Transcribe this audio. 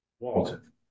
Walton